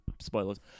spoilers